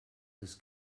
this